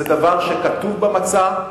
זה דבר שכתוב במצע,